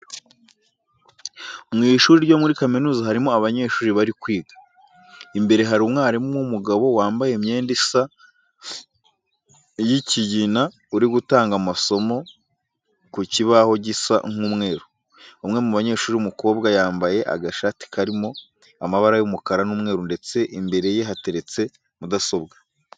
Mu ishuri ryo muri kaminuza harimo abanyeshuri bari kwiga. Imbere hari umwarimu w'umugabo wambaye imyenda isa y'ikigina uri gutanga amasomo ku kibaho gisa nk'umweru. Umwe mu banyeshuri w'umukobwa yambaye agashati karimo amabara y'umukara n'umweru ndetse imbere ye hateretse mudasobwa.